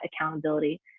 accountability